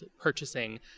purchasing